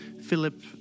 Philip